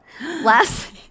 Last